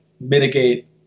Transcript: mitigate